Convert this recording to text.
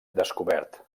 descobert